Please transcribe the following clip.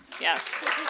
Yes